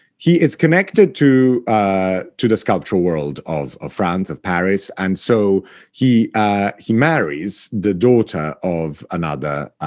he is connected to ah to the sculptural world of of france, of paris, and so he ah he marries the daughter of another